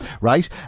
right